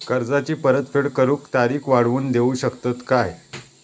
कर्जाची परत फेड करूक तारीख वाढवून देऊ शकतत काय?